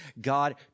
God